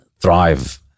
thrive